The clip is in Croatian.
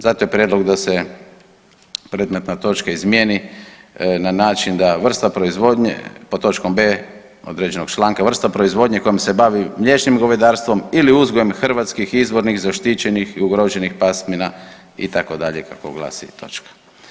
Zato je prijedlog da se predmetna točka izmijeni na način da vrsta proizvodnje pod točkom b) određenog članka, vrsta proizvodnje kojom se bavi mliječnim gospodarstvom ili uzgojem hrvatskih izvornih zaštićenih i ugroženih pasmina itd., kako glasi točka.